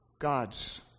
God's